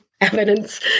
evidence